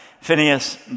phineas